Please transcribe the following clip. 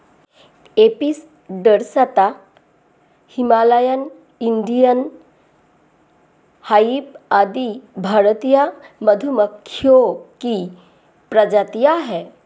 Apis dorsata, Himalayan, Indian hive आदि भारतीय मधुमक्खियों की प्रजातियां है